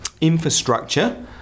infrastructure